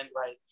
right